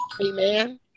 amen